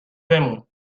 بمون